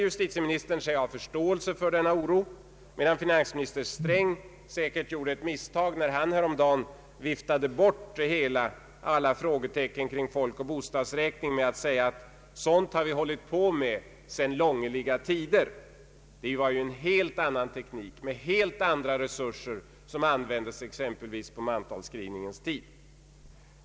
Justitieministern säger sig ha förståelse för denna oro, medan finansminister Sträng säkert gjorde ett misstag när han häromdagen viftade bort alla frågetecknen kring folkoch bostadsräkningen genom att säga att vi hållit på med sådana saker ”sedan långliga tider”. Det var en helt annan teknik med helt andra resurser som användes exempelvis på den gamla mantalsskrivningens tid.